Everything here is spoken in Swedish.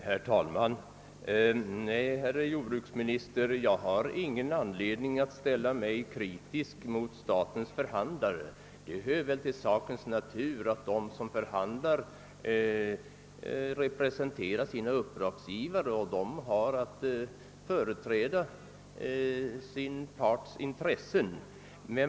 Herr talman! Nej, herr jordbruksminister, jag har ingen anledning att kritisera statens förhandlare. Det hör väl till saken att de som förhandlar representerar sina uppdragsgivare och har att företräda sin parts intressen.